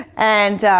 and